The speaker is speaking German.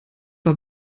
war